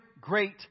great